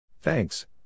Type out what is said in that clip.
Thanks